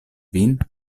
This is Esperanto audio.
vin